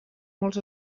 molts